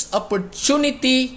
opportunity